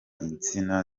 insina